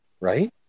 right